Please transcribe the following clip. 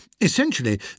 Essentially